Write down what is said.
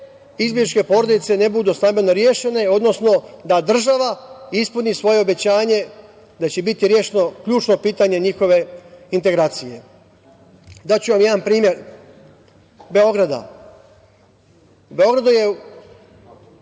izbegličke porodice ne budu stambeno rešene, odnosno da država ispuni svoje obećanje da će biti rešeno ključno pitanje njihove integracije. Daću vam jedan primer Beograda. U Beogradu je